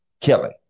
Killing